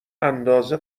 اندازه